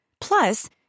Plus